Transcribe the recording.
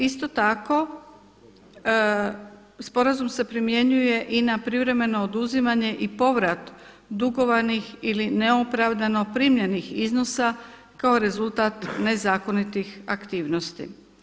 Isto tako sporazum se primjenjuje i na privremeno oduzimanje i povrat dugovanih ili neopravdano primljenih iznosa kao rezultat nezakonitih aktivnosti.